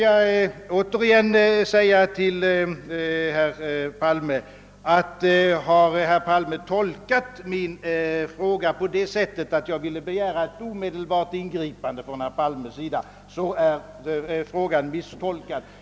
Jag upprepar, att om herr Palme har tolkat min fråga så att jag begärde ett omedelbart ingripande av honom, så är frågan misstolkad.